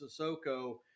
Sissoko